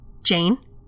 Jane